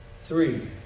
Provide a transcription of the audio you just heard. Three